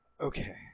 okay